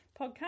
podcast